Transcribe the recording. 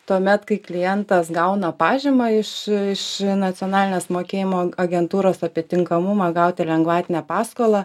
tuomet kai klientas gauna pažymą iš iš nacionalinės mokėjimo agentūros apie tinkamumą gauti lengvatinę paskolą